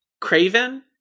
Craven